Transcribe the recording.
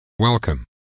Welcome